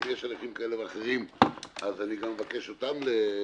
אם יש הליכים כאלה ואחרים אז אני מבקש גם אותם לחסוך.